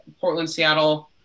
Portland-Seattle –